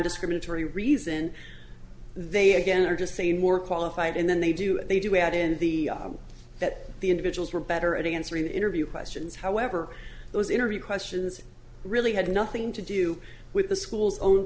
nondiscriminatory reason they again are just say more qualified and then they do it they do it in the that the individuals who are better at answering the interview questions however those interview questions really had nothing to do with the school's own